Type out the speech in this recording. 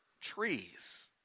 trees